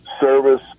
service